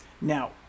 Now